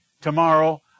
tomorrow